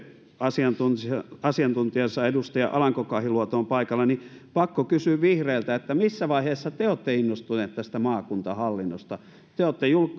asiantuntijansa edustaja alanko kahiluoto on paikalla niin on pakko kysyä vihreiltä missä vaiheessa te te olette innostuneet tästä maakuntahallinnosta te olette